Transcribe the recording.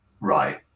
right